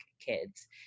kids